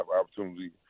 opportunity